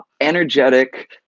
energetic